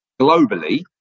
globally